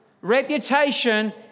reputation